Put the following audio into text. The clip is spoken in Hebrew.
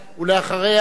ואחריה,